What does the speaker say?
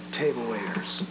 table-waiters